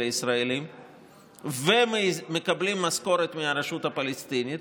ישראליים ומקבלים משכורת מהרשות הפלסטינית,